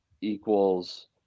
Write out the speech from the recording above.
equals